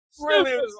brilliant